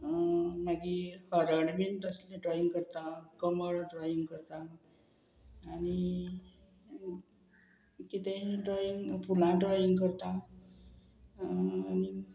मागीर हरण बीन तसलें ड्रॉइंग करता कमळ ड्रॉईंग करता आनी कितें ड्रॉईंग फुलां ड्रॉईंग करतां आनी